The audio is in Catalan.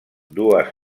dues